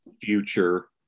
Future